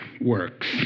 works